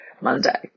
Monday